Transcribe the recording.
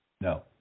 No